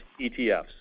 ETFs